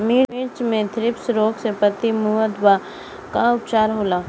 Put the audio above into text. मिर्च मे थ्रिप्स रोग से पत्ती मूरत बा का उपचार होला?